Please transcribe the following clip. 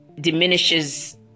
diminishes